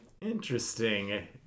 Interesting